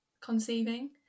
conceiving